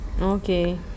okay